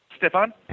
Stefan